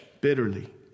bitterly